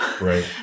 Right